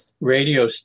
radio